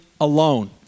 alone